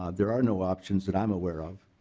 ah there are no options that i'm aware of.